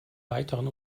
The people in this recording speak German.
weiteren